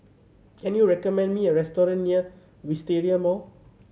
can you recommend me a restaurant near Wisteria Mall